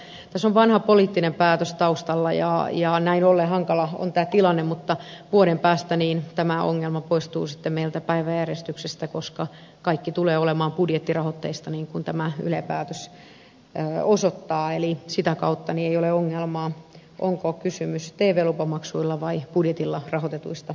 tässä on vanha poliittinen päätös taustalla ja näin ollen hankala on tämä tilanne mutta vuoden päästä tämä ongelma poistuu meiltä päiväjärjestyksestä koska kaikki tulee olemaan budjettirahoitteista niin kuin tämä yle päätös osoittaa eli sitä kautta ei ole ongelmaa onko kysymys tv lupamaksuilla vai budjetilla rahoitetuista eristä